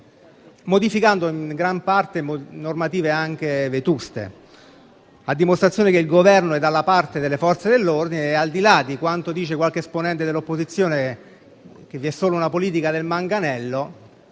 modificando in gran parte normative anche vetuste, a dimostrazione del fatto che il Governo è dalla parte delle Forze dell'ordine. Al di là di quanto dice qualche esponente dell'opposizione, per cui vi è solo una politica del manganello,